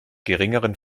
geringeren